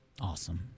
Awesome